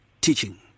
teaching